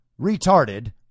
retarded